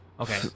Okay